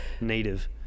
Native